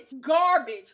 Garbage